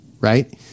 right